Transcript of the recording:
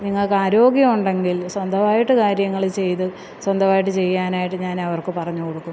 നിങ്ങൾക്ക് ആരോഗ്യം ഉണ്ടെങ്കിൽ സ്വന്തമായിട്ട് കാര്യങ്ങള് ചെയ്ത് സ്വന്തമായിട്ട് ചെയ്യാനായിട്ട് ഞാനവര്ക്ക് പറഞ്ഞ് കൊടുക്കും